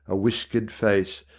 a whiskered face,